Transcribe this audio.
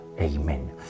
Amen